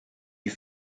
die